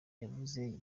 yavuze